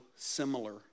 similar